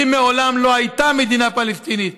כי מעולם לא הייתה מדינה פלסטינית.